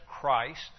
Christ